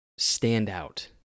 standout